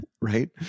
Right